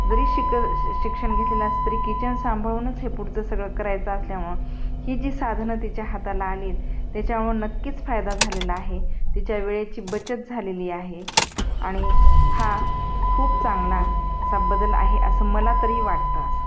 जरी शिक श शिक्षण घेतलेलं अस तरी किचन सांभाळूनच हे पुुढचं सगळं करायचं असल्यामुळे ही जी साधनं तिच्या हाताला आलीत त्याच्यामुळे नक्कीच फायदा झालेला आहे तिच्या वेळेची बचत झालेली आहे आणि हा खूप चांगला असा बदल आहे असं मला तरी वाटतं असं